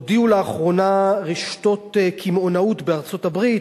הודיעו לאחרונה רשתות קמעונות בארצות-הברית,